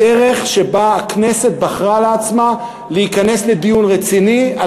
הדרך שבה הכנסת בחרה לעצמה להיכנס לדיון רציני על